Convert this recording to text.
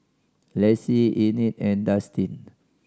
Lexi Enid and Dustin